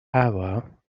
hour